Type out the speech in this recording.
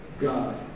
God